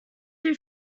two